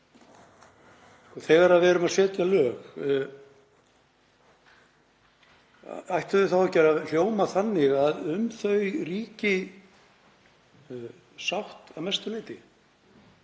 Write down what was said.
Þegar við erum að setja lög ættu þau þá ekki að hljóma þannig að um þau ríki sátt að mestu leyti?